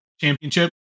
Championship